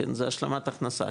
זה השלמה הכנסה,